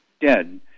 dead